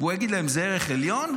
והוא יגיד להן: זה ערך עליון,